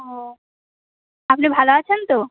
ও আপনি ভালো আছেন তো